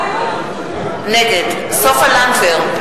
נגד סופה לנדבר,